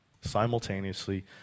Simultaneously